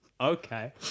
Okay